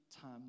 time